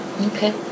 Okay